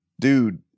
Dude